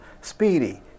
Speedy